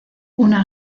una